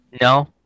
No